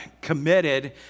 committed